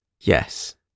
yes